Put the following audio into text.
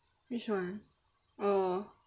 which one oh